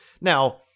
Now